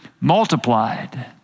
multiplied